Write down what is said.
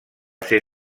ser